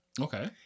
Okay